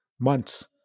months